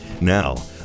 Now